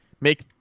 make